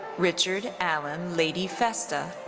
richard allen laity-festa.